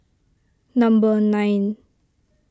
number nine